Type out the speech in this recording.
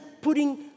putting